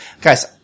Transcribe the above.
Guys